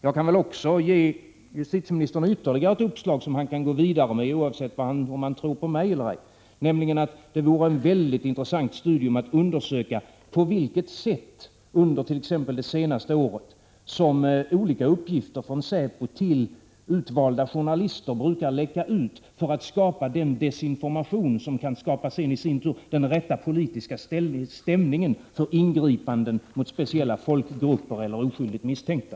Jag kan ge justitieministern ytterligare ett uppslag som han kan gå vidare med oavsett om han tror på mig eller ej, nämligen att det vore ett väldigt intressant studium att undersöka på vilket sätt under t.ex. det senaste året som olika uppgifter från säpo till utvalda journalister brukar läcka ut för att skapa den desinformation som i sin tur sedan kan skapa den rätta politiska stämningen för ingripanden mot speciella folkgrupper eller oskyldigt misstänkta.